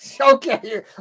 okay